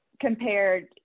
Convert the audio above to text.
compared